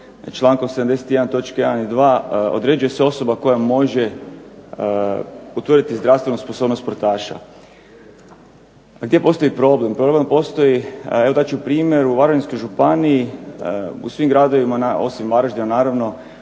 točke 1. i 2. određuje se osoba koja može utvrdili zdravstvenu sposobnost sportaša. Gdje postoji problem? Problem postoji evo dat ću primjer u Varaždinskoj županiji u svim gradovima osim Varaždina naravno